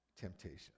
temptation